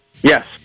Yes